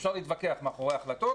אפשר להתווכח מאחורי ההחלטות